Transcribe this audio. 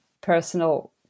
personal